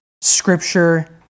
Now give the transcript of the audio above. Scripture